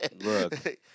Look